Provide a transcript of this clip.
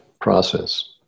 process